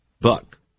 Buck